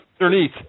underneath